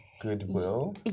goodwill